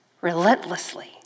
relentlessly